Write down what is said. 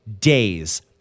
days